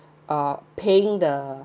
uh paying the